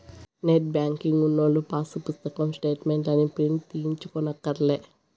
net banking ఉన్నోల్లు pass పుస్తకం స్టేటు మెంట్లుని ప్రింటు తీయించుకోనక్కర్లే